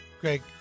Greg